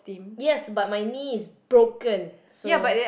yes but my knee is broken so